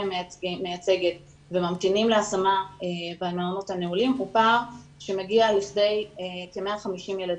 מייצגת וממתינים להשמה במעונות הנעולים הוא פער שמגיע לכדי כ-150 ילדים.